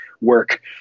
work